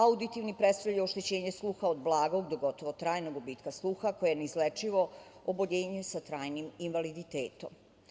Auditivni predstavljaju oštećenje sluha od blagog do gotovo trajnog gubitka sluha koje je neizlečivo oboljenje sa trajnim invaliditetom.